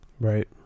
Right